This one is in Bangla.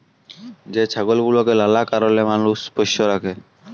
যে ছাগল গুলাকে লালা কারলে মালুষ পষ্য রাখে